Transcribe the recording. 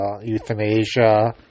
euthanasia